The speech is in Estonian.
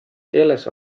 keeles